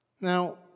Now